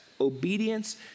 Obedience